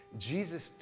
Jesus